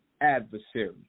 adversary